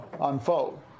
unfold